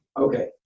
Okay